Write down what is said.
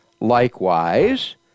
likewise